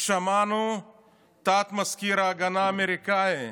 שמענו את תת-מזכיר ההגנה האמריקאי: